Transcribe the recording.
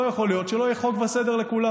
לא יכול להיות שלא יהיה חוק וסדר לכולם.